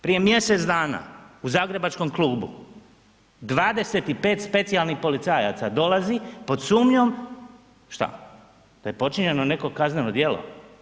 Prije mjesec dana u zagrebačkom klubu 25 specijalnih policajaca dolazi pod sumnjom, šta da je počinjeno neko kazneno djelo.